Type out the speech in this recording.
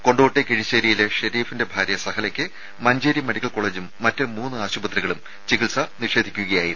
കൊണ്ടോട്ടി കിഴിശ്ശേരിയിലെ ഷെരീഫിന്റെ ഭാര്യ സഹലക്ക് മഞ്ചേരി മെഡിക്കൽ കോളജും മറ്റ് മൂന്ന് ആശുപത്രികളും ചികിത്സ നിഷേധിച്ചിരുന്നു